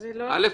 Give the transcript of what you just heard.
א.